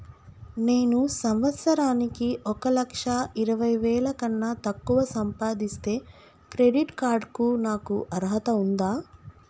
నేను సంవత్సరానికి ఒక లక్ష ఇరవై వేల కన్నా తక్కువ సంపాదిస్తే క్రెడిట్ కార్డ్ కు నాకు అర్హత ఉందా?